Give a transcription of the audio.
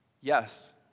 Yes